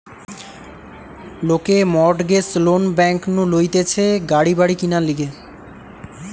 লোকে mortgage loan bank নু লইতেছে গাড়ি বাড়ি কিনার লিগে